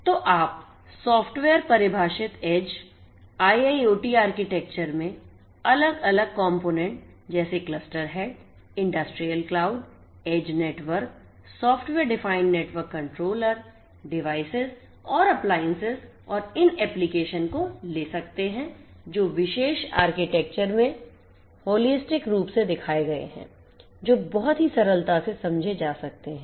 तो आप सॉफ्टवेयर परिभाषित edge IIoT आर्किटेक्चर में अलग अलग components जैसे cluster head industrial cloud edge network software defined network controller devices और अप्लाइंसेस और इन एप्लिकेशन को ले सकते हैं जो इस विशेष आर्किटेक्चर में होलिस्टिक रूप से दिखाए गए हैं जो बहुत ही सरलता से समझे जा सकते हैं